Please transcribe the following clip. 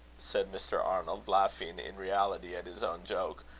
said mr. arnold, laughing in reality at his own joke,